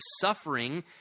suffering